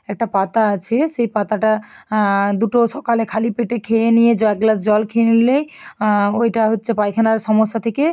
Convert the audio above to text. একটা পাতা আছে সেই পাতাটা দুটো সকালে খালি পেটে খেয়ে নিয়ে জ এক গ্লাস জল খেয়ে নিলেই ওইটা হচ্ছে পায়খানার সমস্যা থেকে